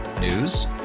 News